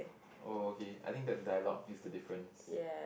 oh okay I think the dialogue is the difference